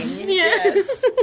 Yes